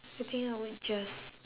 I think I would just